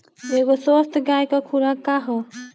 एगो स्वस्थ गाय क खुराक का ह?